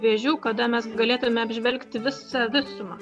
vėžių kada mes galėtume apžvelgti visą visumą